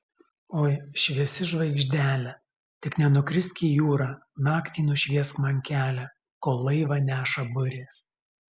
oi šviesi žvaigždele tik nenukrisk į jūrą naktį nušviesk man kelią kol laivą neša burės